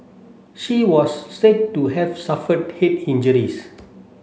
she was said to have suffered head injuries